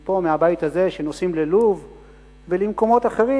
מפה, מהבית הזה, שנוסעים ללוב ולמקומות אחרים.